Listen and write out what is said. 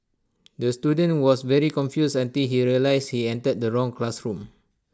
the student was very confused until he realised he entered the wrong classroom